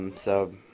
um so